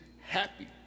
happy